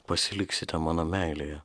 pasiliksite mano meilėje